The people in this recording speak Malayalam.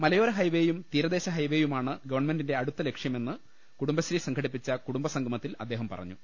മലയോര ഹൈവേയും തീരദേശ ഹൈവേ യുമാണ് ഗവൺമെന്റിന്റെ അടുത്ത ലക്ഷ്യമെന്ന് കുടുംബശ്രീ സംഘടിപ്പിച്ച കൂടുംബസംഗമത്തിൽ അദ്ദേഹം പറഞ്ഞു